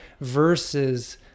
versus